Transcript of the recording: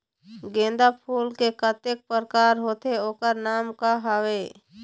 गेंदा फूल के कतेक प्रकार होथे ओकर नाम का हवे?